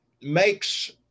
makes